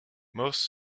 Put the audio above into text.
most